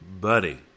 Buddy